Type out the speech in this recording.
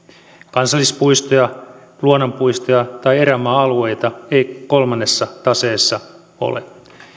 kansallispuistoja luonnonpuistoja tai erämaa alueita ei kolmannessa taseessa ole